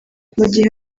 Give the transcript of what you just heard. gihe